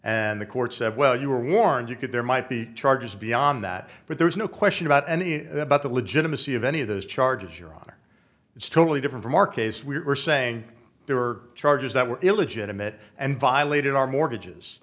and the courts said well you were warned you could there might be charges beyond that but there's no question about any about the legitimacy of any of those charges your honor it's totally different from our case we're saying there were charges that were illegitimate and violated our mortgages